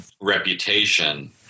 reputation